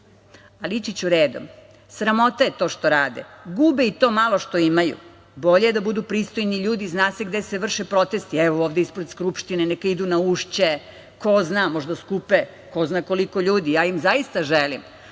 Ali, ići ću redom. Sramota je to što rade. Gube i to malo što imaju. Bolje je da budu pristojni ljudi, zna se gde se vrše protesti, evo ovde ispred Skupštine, neka idu na Ušće. Ko zna, možda skupe ko zna koliko ljudi. Ja im zaista želim